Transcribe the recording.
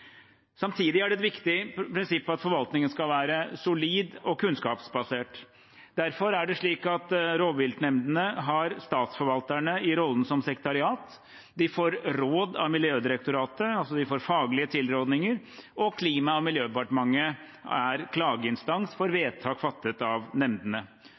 Samtidig er det et viktig prinsipp at forvaltningen skal være solid og kunnskapsbasert. Derfor er det slik at rovviltnemndene har statsforvalterne i rollen som sekretariat. De får råd av Miljødirektoratet – altså får de faglige tilrådinger – og Klima- og miljødepartementet er klageinstans for vedtak fattet av nemndene.